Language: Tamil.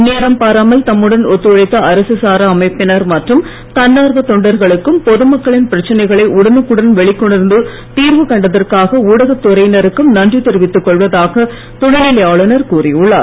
நேரம் பாராமல் தம்முடன் ஒத்துழைத்த அரசு சாரா அமைப்பினர் மற்றும் தன்னார்வ தொண்டர்களுக்கும் பொதுமக்களின் பிரச்சனைகளை உடனுக்குடன் வெளிக்கொணர்ந்து ஊடகத்துறையினருக்கும் நன்றி தெரிவித்துக் கொள்வதாக துணைநிலை ஆளுநர் கூறியுள்ளார்